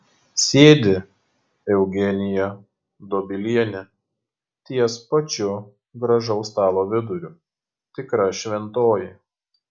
sėdi eugenija dobilienė ties pačiu gražaus stalo viduriu tikra šventoji